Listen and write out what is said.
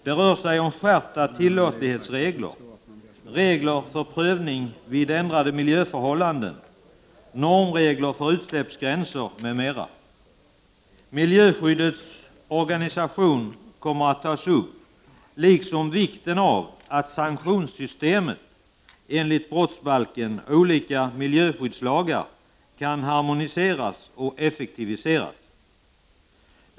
Det rör sig om skärpta tillåtlighetsregler, regler för prövning vid ändrade miljöförhållanden, normregler för utsläppsgränser m.m. Miljöskyddets organisation kommer att tas upp, liksom vikten av att sanktionssystemet enligt brottsbalken och olika miljöskyddslagar kan harmoniseras och effektiviseras.